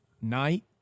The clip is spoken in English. night